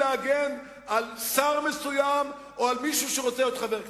להגן על שר מסוים או על מישהו שרוצה להיות חבר כנסת.